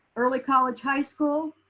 early college high school